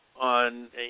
on